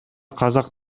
казак